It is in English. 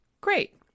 Great